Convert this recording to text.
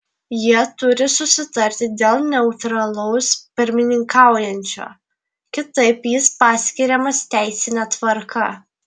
jie turi susitarti dėl neutralaus pirmininkaujančio kitaip jis paskiriamas teisine tvarka